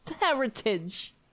heritage